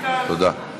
תודה.